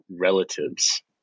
relatives